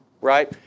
right